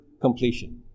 completion